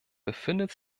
befindet